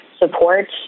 support